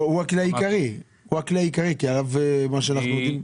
האופן שבו חלק מהסיוע מבוצע הוא באמצעות תשלום